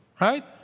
right